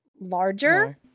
larger